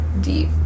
deep